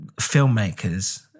filmmakers